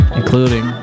including